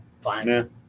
fine